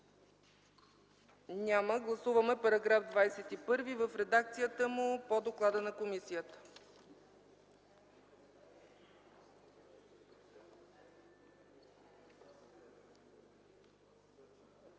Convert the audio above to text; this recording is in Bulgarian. Няма. Гласуваме § 21 в редакцията му по доклада на комисията.